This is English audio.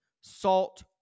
salt